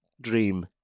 dream